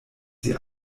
sie